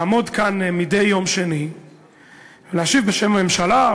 לעמוד כאן מדי יום שני ולהשיב בשם הממשלה,